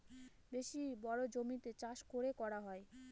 বেশি বড়ো জমিতে চাষ করে করা হয়